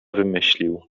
wymyślił